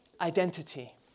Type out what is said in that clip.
identity